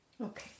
Okay